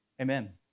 Amen